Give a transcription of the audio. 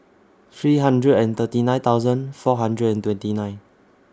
three hundred and thirty nine thousand four hundred and twenty nine